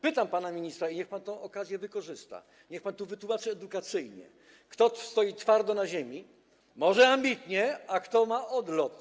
Pytam pana ministra - i niech pan tę okazję wykorzysta, niech pan to wytłumaczy edukacyjnie - kto stoi twardo na ziemi, może ambitnie, a kto ma odlot.